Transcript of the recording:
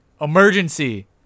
emergency